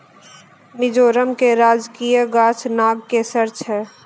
मिजोरम के राजकीय गाछ नागकेशर छै